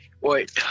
Wait